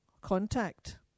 contact